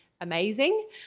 amazing